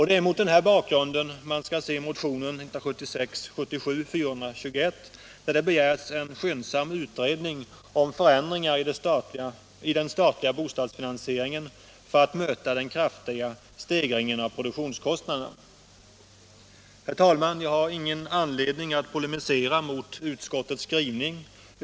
Det är mot den här bakgrunden man skall se motionen 1976/77:421, där det begärs en skyndsam utredning om förändringar i den statliga bostadsfinansieringen för att möta den kraftiga stegringen av produktionskostnaderna. Herr talman! Jag har ingen anledning att polemisera mot utskottets skrivning.